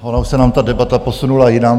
Ona už se nám ta debata posunula jinam.